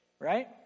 Right